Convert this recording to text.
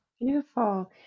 Beautiful